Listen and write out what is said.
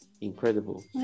incredible